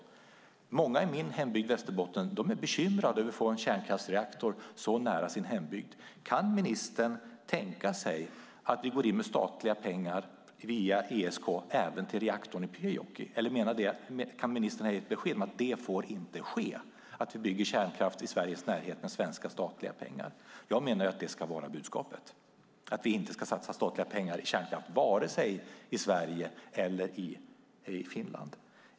Många i min hembygd Västerbotten är bekymrade över att få en kärnkraftsreaktor så nära sin hembygd. Kan ministern tänka sig att vi går in med statliga pengar via SEK även i reaktorn i Pyhäjoki eller kan ministern ge besked om att det inte får ske att vi bygger kärnkraft i Sveriges närhet med svenska statliga pengar? Jag menar att budskapet ska vara att vi inte ska satsa statliga pengar i kärnkraft vare sig i Sverige eller i Finland.